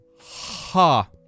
ha